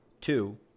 Two